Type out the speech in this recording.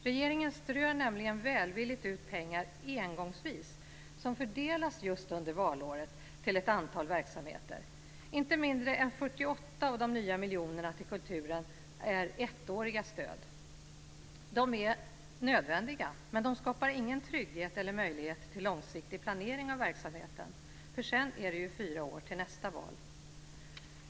Regeringen strör nämligen välvilligt ut pengar engångsvis, pengar som fördelas just valåret, till ett antal verksamheter. Inte mindre än 48 av de nya miljonerna till kulturen är ettåriga stöd. De är nödvändiga, men de skapar ingen trygghet eller möjlighet till långsiktig planering av verksamheten. Det är ju sedan fyra år till nästa val.